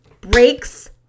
breaks